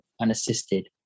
unassisted